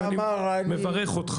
אני מברך אותך.